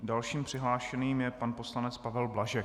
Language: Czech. Dalším přihlášeným je pan poslanec Pavel Blažek.